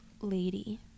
lady